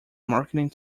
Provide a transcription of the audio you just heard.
marketing